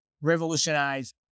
revolutionize